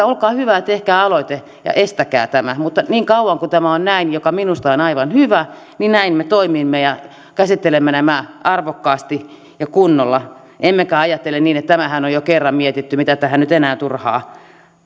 olkaa hyvä ja tehkää aloite ja estäkää tämä mutta niin kauan kuin tämä on näin mikä minusta on aivan hyvä niin näin me toimimme ja käsittelemme nämä arvokkaasti ja kunnolla emmekä ajattele niin että tämähän on jo kerran mietitty mitä tähän nyt enää turhaan